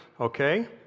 okay